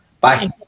Bye